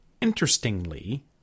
Interestingly